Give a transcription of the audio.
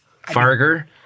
Farger